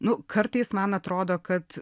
nu kartais man atrodo kad